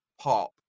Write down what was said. pop